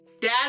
dad